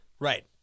Right